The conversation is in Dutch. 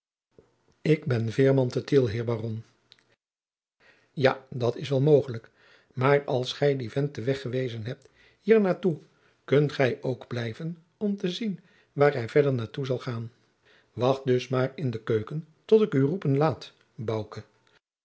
ik ben veerman te tiel heer baron ja dat is wel mogelijk maar als gij dien vent den weg gewezen hebt hier naar toe kunt jacob van lennep de pleegzoon gij ook blijven om te zien waar hij verder naar toe zal gaan wacht dus maar in de keuken tot ik u roepen laat